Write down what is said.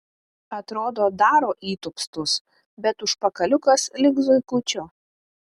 atrodo daro įtūpstus bet užpakaliukas lyg zuikučio